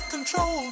control